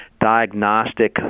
diagnostic